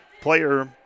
player